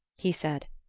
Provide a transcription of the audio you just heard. he said,